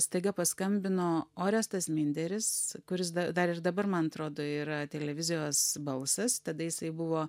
staiga paskambino orestas minderis kuris dar ir dabar man atrodo yra televizijos balsas tada jisai buvo